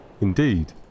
Indeed